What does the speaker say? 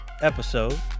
episode